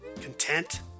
content